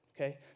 Okay